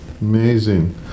amazing